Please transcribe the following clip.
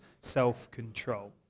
self-control